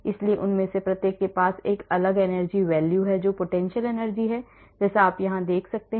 इसलिए उनमें से प्रत्येक के पास एक अलग energy values है जो potential energy है जैसा कि आप यहां देख सकते हैं